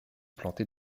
planté